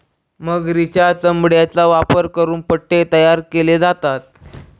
मगरीच्या चामड्याचा वापर करून पट्टे तयार केले जातात